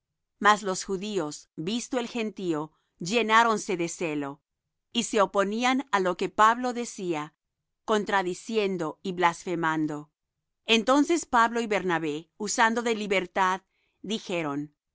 mas los judíos visto el gentío llenáronse de celo y se oponían á lo que pablo decía contradiciendo y blasfemando entonces pablo y bernabé usando de libertad dijeron